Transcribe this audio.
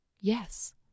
Yes